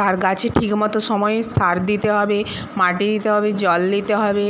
তার গাছে ঠিকমতো সময়ে সার দিতে হবে মাটি দিতে হবে জল দিতে হবে